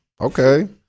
Okay